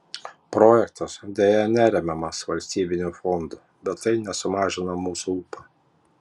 projektas deja neremiamas valstybinių fondų bet tai nesumažino mūsų ūpo